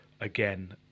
again